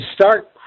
start